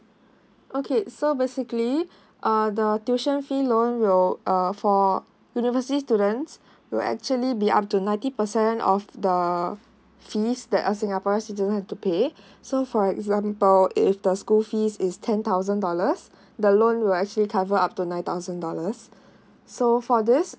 okay so basically uh the tuition fee loan will uh for university students will actually be up to ninety percent of the fees that a singaporeans citizen have to pay so for example if the school fees is ten thousand dollars the loan will actually cover up to nine thousand dollars so for this